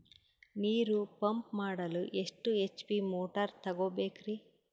ನೀರು ಪಂಪ್ ಮಾಡಲು ಎಷ್ಟು ಎಚ್.ಪಿ ಮೋಟಾರ್ ತಗೊಬೇಕ್ರಿ?